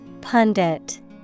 Pundit